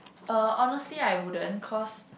uh honestly I wouldn't cause